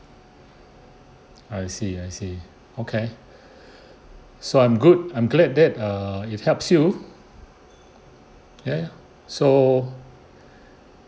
I see I see okay so I’m good I’m glad that uh it helps you ya ya so